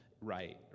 right